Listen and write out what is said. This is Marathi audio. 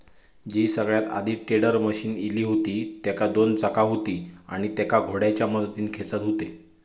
जी सगळ्यात आधी टेडर मशीन इली हुती तेका दोन चाका हुती आणि तेका घोड्याच्या मदतीन खेचत हुते